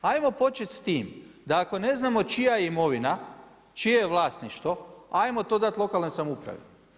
Ajmo počet s tim da ako ne znamo čija je imovina, čije je vlasništvo ajmo to dati lokalnoj samoupravi.